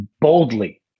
boldly